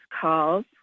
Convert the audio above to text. calls